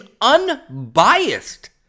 unbiased